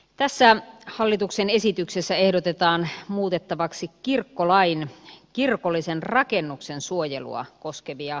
tässä hallituksen esityksessä ehdotetaan muutettavaksi kirkkolain kirkollisen rakennuksen suojelua koskevia säännöksiä